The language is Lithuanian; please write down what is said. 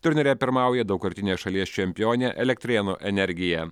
turnyre pirmauja daugkartinė šalies čempionė elektrėnų energija